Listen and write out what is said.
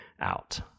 out